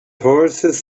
horses